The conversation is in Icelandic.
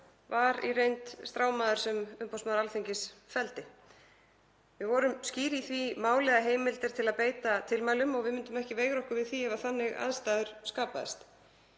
var í reynd strámaður sem umboðsmaður Alþingis felldi. Við vorum skýr í því máli varðandi heimildir til að beita tilmælum og að við myndum ekki veigra okkur við því ef þannig aðstæður sköpuðust.